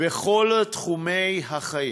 בכל תחומי החיים.